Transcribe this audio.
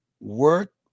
work